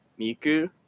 Miku